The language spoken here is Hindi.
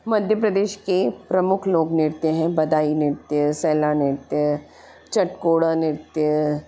मध्य प्रदेश के प्रमुख लोक नृत्य हैं बदाई नृत्य सैरा नृत्य चटकोड़ा नृत्य